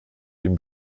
den